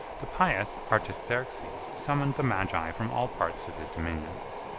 the pious artaxerxes summoned the magi from all parts of his dominions.